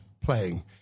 playing